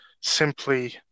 simply